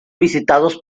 visitados